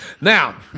Now